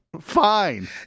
Fine